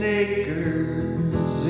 acres